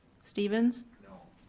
stevens? no.